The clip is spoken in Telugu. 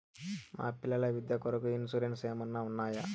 మా పిల్లల విద్య కొరకు ఇన్సూరెన్సు ఏమన్నా ఉన్నాయా?